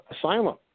asylum